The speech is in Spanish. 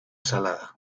salada